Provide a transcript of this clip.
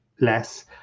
less